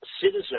citizen